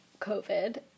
COVID